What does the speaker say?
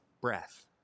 breath